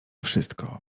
wszystko